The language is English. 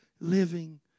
living